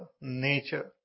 nature